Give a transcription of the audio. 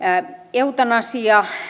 eutanasia